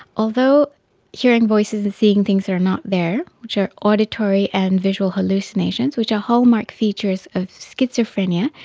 although hearing voices and seeing things that are not there, which are auditory and visual hallucinations, which are hallmark features of schizophrenia,